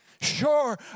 Sure